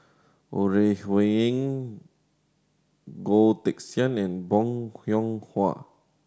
Ore Huiying Goh Teck Sian and Bong Hiong Hwa